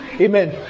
Amen